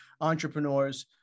entrepreneurs